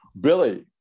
Billy